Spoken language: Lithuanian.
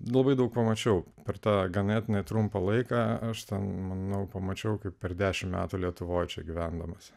labai daug pamačiau per tą ganėtinai trumpą laiką aš ten manau pamačiau kaip per dešimt metų lietuvoje čia gyvendamas